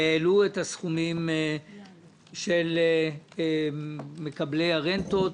שהעלו את הסכומים של מקבלי הרנטות.